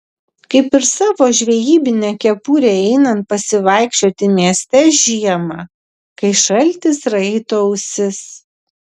kaip ir savo žvejybinę kepurę einant pasivaikščioti mieste žiemą kai šaltis raito ausis